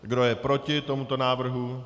Kdo je proti tomuto návrhu?